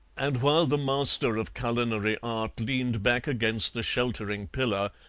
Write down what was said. and while the master of culinary art leaned back against the sheltering pillar,